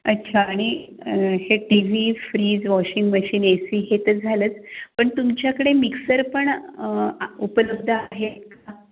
अच्छा आणि हे T V fridge washing machine A C हे तर झालंच पण तुमच्याकडे मिक्सर पण आ उपलब्ध आहेत का